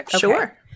Sure